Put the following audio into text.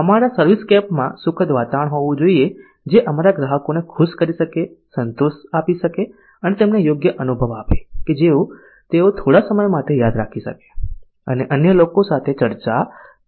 અમારા સર્વિસસ્કેપમાં સુખદ વાતાવરણ હોવું જોઈએ જે અમારા ગ્રાહકોને ખુશ કરી શકે સંતોષી શકે અને તેમને યોગ્ય અનુભવ આપે કે જે તેઓ થોડા સમય માટે યાદ રાખી શકે અને અન્ય લોકો સાથે ચર્ચા કરી શકે